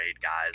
guys